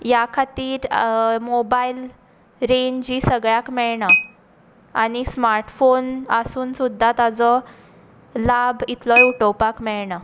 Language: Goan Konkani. ह्या खातीर मोबायल रेंज ही सगळ्याक मेळना आनी स्मार्टफॉन आसून सुद्दां ताचो लाव इतलोय उठोवपाक मेळना